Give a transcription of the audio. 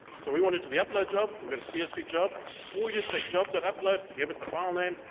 so we wanna do the upload job, we've got a csvjob, or we just say job dot upload, give it the file name,